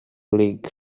league